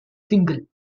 single